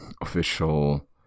official